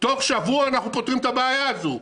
תוך שבוע אנחנו פותרים את הבעיה הזו.